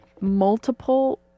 multiple